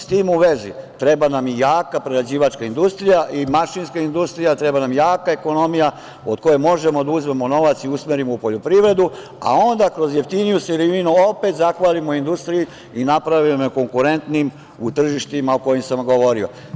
S tim u vezi, treba nam jaka prerađivačka industrija i mašinska industrija, treba nam jaka ekonomija od koje možemo da uzmemo novac i usmerimo u poljoprivredu, a onda kroz jeftiniju sirovinu opet zahvalimo industriji i napravimo je konkurentnijom u tržištima o kojima sam govorio.